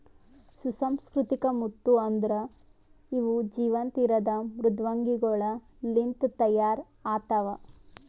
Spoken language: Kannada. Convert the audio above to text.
ಸುಸಂಸ್ಕೃತಿಕ ಮುತ್ತು ಅಂದುರ್ ಇವು ಜೀವಂತ ಇರದ್ ಮೃದ್ವಂಗಿಗೊಳ್ ಲಿಂತ್ ತೈಯಾರ್ ಆತ್ತವ